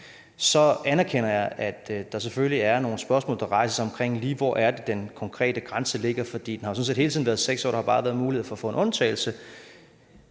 Så anerkender jeg, at der selvfølgelig er nogle spørgsmål, der rejser sig, om, hvor den konkrete grænse ligger. Den har sådan set hele tiden været 6 år, men der har bare været mulighed for at få en undtagelse